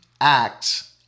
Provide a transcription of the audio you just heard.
acts